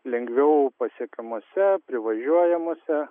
lengviau pasiekiamose privažiuojamose